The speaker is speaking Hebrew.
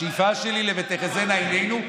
השאיפה שלי היא ל"ותחזינה עינינו".